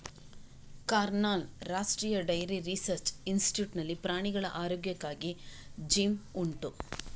ಕರ್ನಾಲ್ನ ರಾಷ್ಟ್ರೀಯ dairy research institute ನಲ್ಲಿ ಪ್ರಾಣಿಗಳ ಆರೋಗ್ಯಕ್ಕಾಗಿ ಜಿಮ್ ಉಂಟು